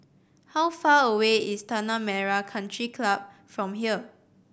how far away is Tanah Merah Country Club from here